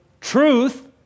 truth